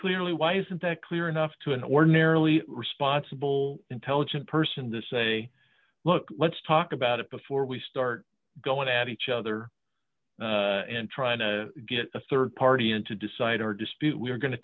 clearly why isn't that clear enough to an ordinarily responsible intelligent person to say look let's talk about it before we start going at each other and trying to get a rd party in to decide our dispute we're go